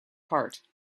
heart